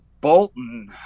Bolton